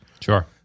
sure